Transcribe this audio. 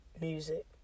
music